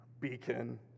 beacon